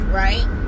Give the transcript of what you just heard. right